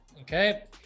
Okay